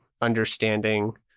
understanding